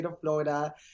Florida